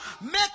make